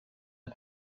der